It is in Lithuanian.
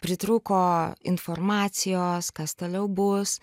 pritrūko informacijos kas toliau bus